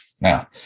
now